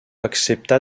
accepta